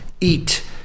eat